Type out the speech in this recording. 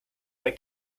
bei